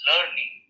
Learning